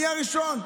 אני הראשון.